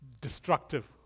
destructive